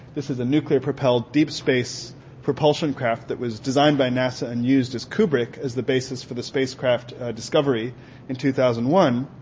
this is a nuclear propelled deep space propulsion craft that was designed by nasa and used as kubrick as the basis for the spacecraft discovery in two thousand and one.